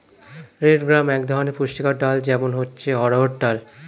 red gram এক ধরনের পুষ্টিকর ডাল, যেমন হচ্ছে অড়হর ডাল